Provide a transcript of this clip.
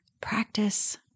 practice